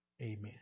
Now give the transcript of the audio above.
Amen